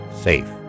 safe